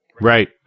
Right